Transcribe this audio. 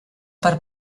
per